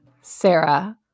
Sarah